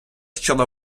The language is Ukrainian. щодо